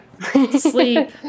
sleep